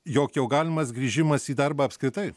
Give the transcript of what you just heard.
jog jau galimas grįžimas į darbą apskritai